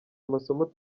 amasomo